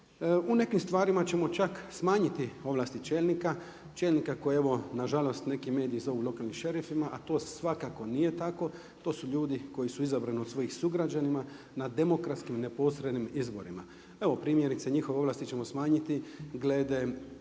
U nekim stvarima ćemo čak smanjiti ovlasti čelnika, čelnika koje evo nažalost neki mediji zovu lokalnim šerifima a to svakako nije tako, to su ljudi koji su izabrani od svojih sugrađana, na demokratskim neposrednim izborima. Evo primjerice njihove ovlasti ćemo smanjiti glede